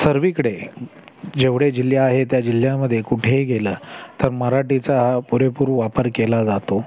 सर्वीकडे जेवढे जिल्हे आहे त्या जिल्ह्यामध्ये कुठेही गेला तर मराठीचा हा पुरेपूर वापर केला जातो